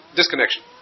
disconnection